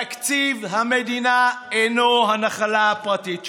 תקציב המדינה אינו הנחלה הפרטית שלכם.